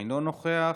אינו נוכח.